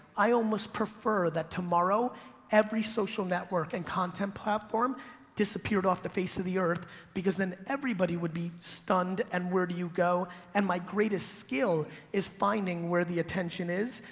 i almost prefer that tomorrow every social network and content platform disappeared off the face of the earth because then everybody would be stunned and where do you go and my greatest skill is finding where the attention is,